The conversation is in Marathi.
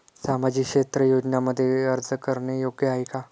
सामाजिक क्षेत्र योजनांमध्ये अर्ज करणे योग्य आहे का?